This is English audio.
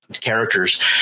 characters